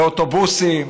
באוטובוסים,